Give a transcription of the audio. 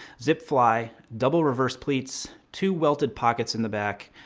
zip fly. double reverse pleats. two welted pockets in the back.